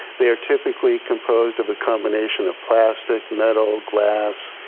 they are typically composed of a combination of plastic, metal, glass.